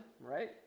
right